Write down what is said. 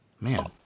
Man